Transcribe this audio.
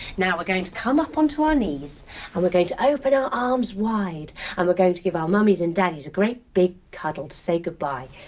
now we're going to come up onto our knees and we're going to open our arms wide and we're going to give our mummies and daddies a great big cuddle to say goodbye.